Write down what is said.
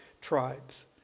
tribes